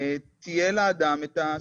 אני מבקש,